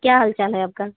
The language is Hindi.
क्या हाल चाल है आपका